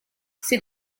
ces